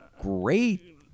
great